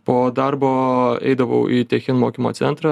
po darbo eidavau į techin mokymo centrą